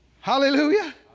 hallelujah